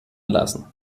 lassen